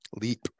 Leap